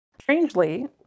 Strangely